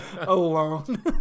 alone